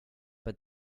but